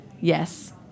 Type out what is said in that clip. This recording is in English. Yes